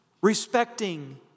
respecting